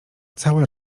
cały